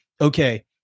okay